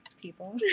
People